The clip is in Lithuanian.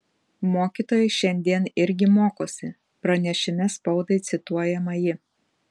mokytojai šiandien irgi mokosi pranešime spaudai cituojama ji